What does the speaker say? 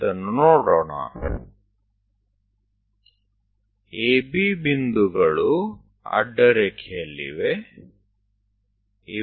તો A અને B બિંદુઓ એક આડી લીટી પર છે